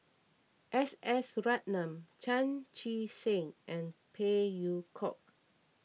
S S Ratnam Chan Chee Seng and Phey Yew Kok